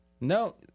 No